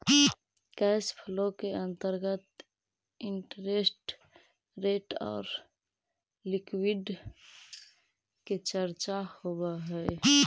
cash flow के अंतर्गत interest rate आउ लिक्विडिटी के चर्चा होवऽ हई